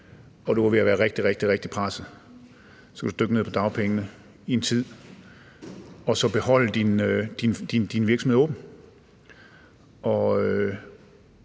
og du er ved at være rigtig, rigtig presset, så kan du dykke ned på dagpenge i en tid og så beholde din virksomhed åben og